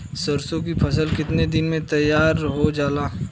सरसों की फसल कितने दिन में तैयार हो जाला?